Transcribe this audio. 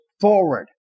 forward